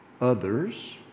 others